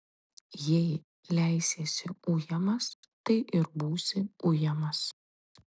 jei leisiesi ujamas tai ir būsi ujamas